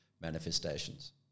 manifestations